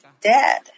dead